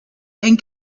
and